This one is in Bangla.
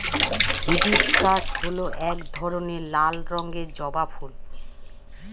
হিবিস্কাস হল এক ধরনের লাল রঙের জবা ফুল